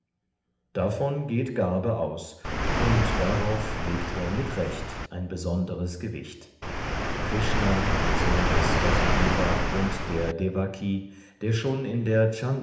davon geht garbe aus und darauf legt er mit recht ein besonderes gewicht krishna der sohn des vasudeva und der devak der schon in der